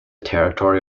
territory